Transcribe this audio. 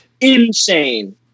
insane